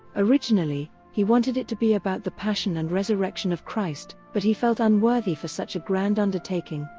originally, he wanted it to be about the passion and resurrection of christ, but he felt unworthy for such a grand undertaking,